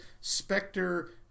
Spectre